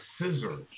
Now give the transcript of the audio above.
scissors